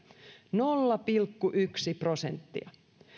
nolla pilkku yksi prosenttia